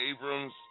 Abrams